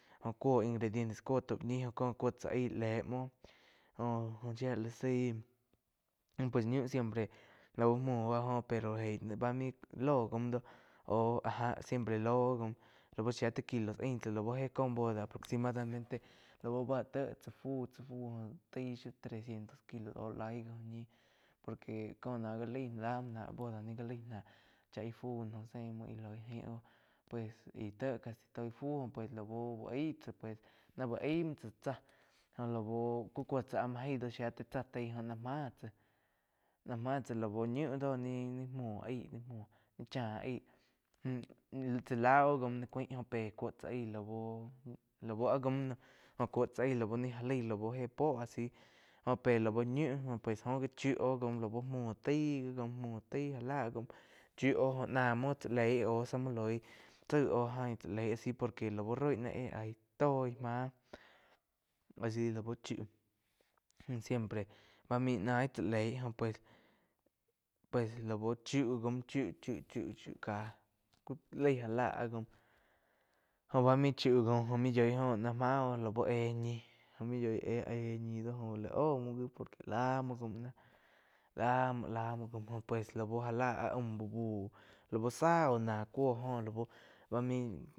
Jó cúo íh noh ingredientes kúo tau ñih jo có cuá tsá aih léh muo jóh shía la zaí pues ñiu siempre laú múo óh áh jo pero jéih bá maíh lóh gaum dóh oh áh jpa siempre loh óh gaum lá báh shia tai kilo ain naum laú éh có boda aproximadamente lapu báh téh tsá fu jóh taig shiu trecientos kilos aúh laig gíh por que có náh gá laig lá muo náh boda naíh gá laig nah chá ih fu noh zéh mo íh log jaín óh pues íh téh casi tói fu pues laú úh aig tsá pues náh uh aim muo tsáh jóh laú có kúo tsá áh muo áig do shia ti chá taih óh náh máh tsá, ná máh tsá laú ñiu do ni-ni múo aig ni chá aig tsá láh óh jaum ni cuáin joh pé cúo tsá aí láu. Lau áh jaum noh jó cóu tsá aíh lau ni já lai láu éh púo ah si jó pé lai ñiu jó pues óh gi chiu óh gaum do lá buo múo taig jaum muo taig já la jaum chíu oh jó náh muo tsá leig aú zá muo loig záig óh jaín tsá leí asi por que lau. Buo roi náh éh aig toi máh a si lau chiu siempre báh main naih chá leig joh pues, pues lau chiu jaum Chiu-Chiu ká ku laig já láh áh jaum jóh bá main chiu jaum jóh muo yoig óh náh máu lau éh ñi main yói éh ñi jo lá éh muo gi por que lá muo gaum do la muo, la muo jaum pues lau já lá áh aum úh buh laú záh óh náh cúo laú bá main.